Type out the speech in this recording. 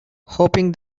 hoping